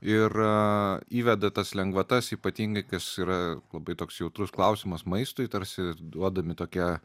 ir įveda tas lengvatas ypatingai kas yra labai toks jautrus klausimas maistui tarsi duodami tokie